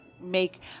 make